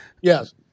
yes